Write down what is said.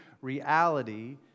reality